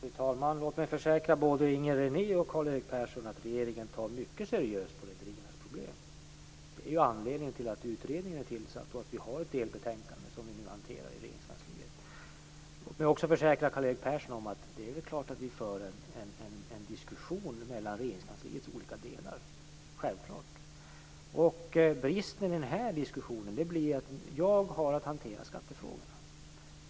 Fru talman! Låt mig försäkra både Inger René och Karl-Erik Persson att regeringen ser mycket seriöst på rederiernas problem. Det är ju anledningen till att utredningen har tillsatts och till att vi nu har ett delbetänkande som vi nu hanterar i Regeringskansliet. Låt mig också försäkra Karl-Erik Persson om att vi för en diskussion mellan Regeringskansliets olika delar. Jag har i den här diskussionen att hantera skattefrågorna.